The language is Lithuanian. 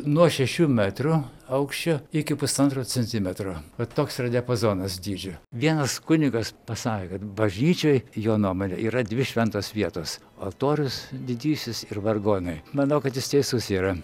nuo šešių metrų aukščio iki pusantro centimetro va toks yra diapazonas dydžių vienas kunigas pasakė kad bažnyčioj jo nuomone yra dvi šventos vietos altorius didysis ir vargonai manau kad jis teisus yra